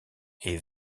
est